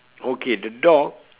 okay the dog